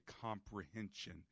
comprehension